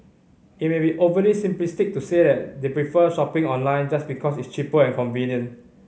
it may be overly simplistic to say that they prefer shopping online just because it's cheaper and convenient